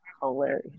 Hilarious